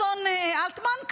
אדון אלטמן,